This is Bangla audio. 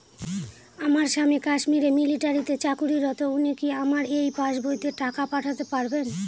আমার স্বামী কাশ্মীরে মিলিটারিতে চাকুরিরত উনি কি আমার এই পাসবইতে টাকা পাঠাতে পারবেন?